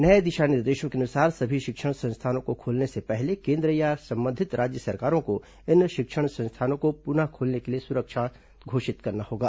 नये दिशा निर्देशों के अनुसार सभी शिक्षण संस्थानों को खोलने से पहले केन्द्र या संबंधित राज्य सरकारों को इन शिक्षण संस्थानों को पुनः खोलने के लिए सुरक्षित घोषित करना होगा